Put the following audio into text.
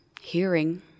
hearing